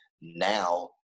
Now